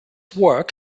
work